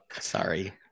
sorry